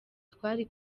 twari